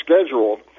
scheduled